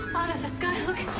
um out of the sky, look,